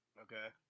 Okay